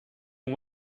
can